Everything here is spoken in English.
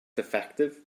defective